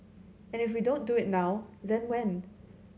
and if we don't do it now then when